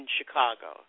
Chicago